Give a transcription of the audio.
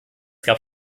gab